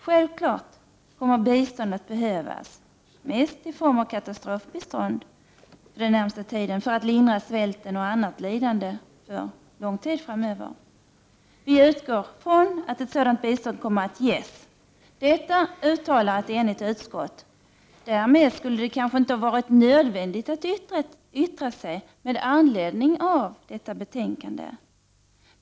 Självfallet kommer bistånd att behövas för den närmaste tiden, mest i form av katastrofbistånd, för att lindra svält och annat lidande för lång tid framöver. Vi utgår från att ett sådant bistånd kommer att ges. Detta uttalar ett enigt utskott. Därmed skulle det kanske inte ha varit nödvändigt att yttra sig med anledning av betänkandet.